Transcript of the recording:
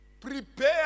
Prepare